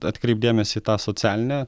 atkreipt dėmesį į tą socialinę